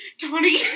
Tony